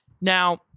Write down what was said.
Now